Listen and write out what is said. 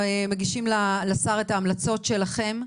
מגישים לשר את ההמלצות שלכם.